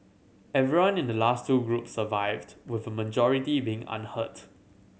everyone in the last two groups survived with a majority being unhurt